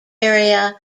area